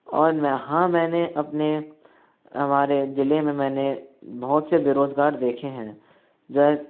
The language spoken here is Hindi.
और मैं हाँ मैंने अपने हमारे जिले में मैंने बहुत से बेरोजगार देखें हैं जा